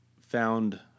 found